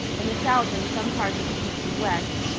in the south and some parts of the east and west,